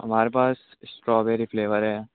ہمارے پاس strawberry flavour ہے